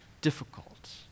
difficult